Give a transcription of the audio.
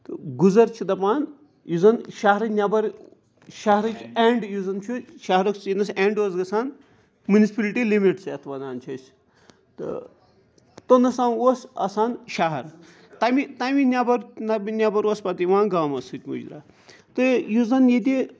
تہٕ گُزر چھِ دَپان یُس زَن شہرٕ نیٚبَر شہرٕچ اٮ۪نٛڈ یُس زَن چھُ شہرَس ییٚتِنَس اٮ۪نٛڈ اوس گژھان مٕنِسپٕلٹی لِمِٹِس یَتھ وَنان چھِ أسۍ تہٕ توٚتنَس تام اوس آسان شہر تَمہِ تَمہِ نیٚبَر تَمہِ نیٚبَر اوس پَتہٕ یِوان گامَس سۭتۍ مُجراہ تہٕ یُس زَن ییٚتہِ